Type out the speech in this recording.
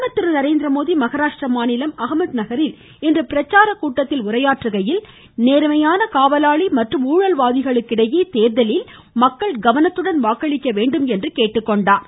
பிரதமர் திரு நரேந்திரமோடி மகாராஷ்ட்ரா மாநிலம் அகமத்நகரில் இன்று பிரச்சார கூட்டத்தில் உரையாற்றுகையில் நேர்மையான காவலாளி மற்றும் ஊழல்வாதிகளுக்கிடையிலான தேர்தலில் மக்கள் கவனத்துடன் வாக்களிக்க வேண்டும் என்று கேட்டுக் கொண்டார்